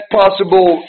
possible